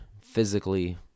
physically